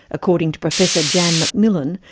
according to professor jan mcmillen,